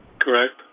Correct